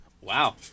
wow